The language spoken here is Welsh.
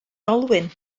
olwyn